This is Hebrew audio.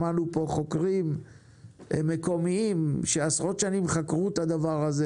שמענו פה חוקרים מקומיים שבמשך עשרות שנים חקרו את הדבר הזה